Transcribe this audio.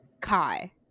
Kai